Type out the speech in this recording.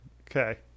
Okay